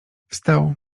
wstał